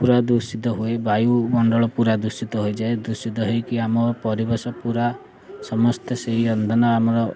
ପୁରା ଦୂଷିତ ହୁଏ ବାୟୁମଣ୍ଡଳ ପୁରା ଦୂଷିତ ହୋଇଯାଏ ଦୂଷିତ ହେଇକି ଆମ ପରିବେଶ ପୁରା ସମସ୍ତେ ସେଇ ଇନ୍ଧନ ଆମର